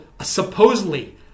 supposedly